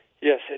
Yes